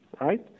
right